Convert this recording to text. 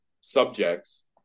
subjects